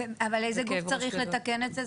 איזה גוף צריך לתקן את זה?